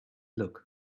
look